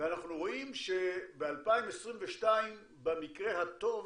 ואנחנו רואים שב-2022 במקרה הטוב